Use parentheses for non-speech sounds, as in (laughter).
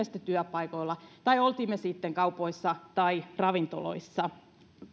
(unintelligible) sitten työpaikoilla tai olimme me sitten kaupoissa tai ravintoloissa